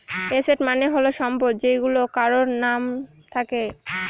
asset মানে হল সম্পদ যেইগুলা কারোর নাম থাকে